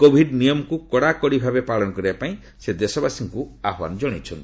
Covid ନିୟମକୁ କଡାକଡି ଭାବେ ପାଳନ କରିବା ପାଇଁ ସେ ଦେଶବାସୀଙ୍କୁ ଆହ୍ନାନ ଜଣାଇଛନ୍ତି